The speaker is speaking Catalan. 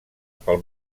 pel